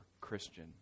Christian